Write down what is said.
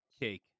Cake